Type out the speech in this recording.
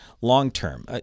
long-term